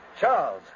Charles